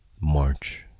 March